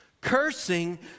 Cursing